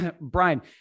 Brian